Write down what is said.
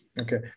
okay